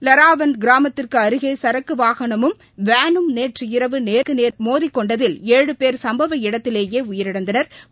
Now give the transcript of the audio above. லரவான் கிராமத்திற்கு அருகே சரக்கு வாகனமும் வேனும் நேற்று இரவு நேருக்கு நேர் மோதிக் கொண்டதில் ஏழு போ் சம்பவ இடத்திலேயே உயிரிழந்தனா்